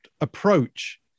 approach